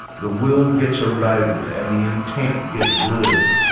the will gets eroded and the intent gets blurred.